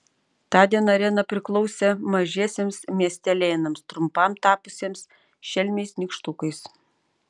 tądien arena priklausė mažiesiems miestelėnams trumpam tapusiems šelmiais nykštukais